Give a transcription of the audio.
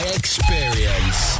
experience